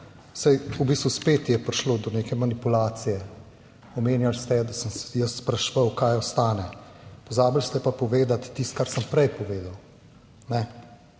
v bistvu spet je prišlo do neke manipulacije. Omenjali ste, da sem se jaz spraševal kaj ostane, pozabili ste pa povedati tisto kar sem prej povedal, ne,